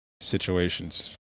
situations